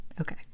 Okay